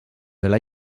the